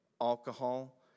alcohol